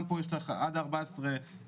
גם פה יש לך עד ה-14 לחודש,